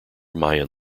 mayan